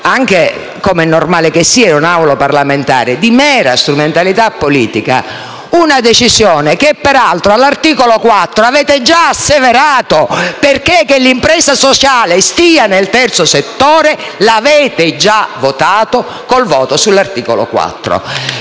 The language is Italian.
- com'è normale in un'Aula parlamentare, di mera strumentalità politica una decisione che peraltro all'articolo 4 avete già asseverato, perché che l'impresa sociale stia nel terzo settore l'avete già stabilito con il voto sull'articolo 4.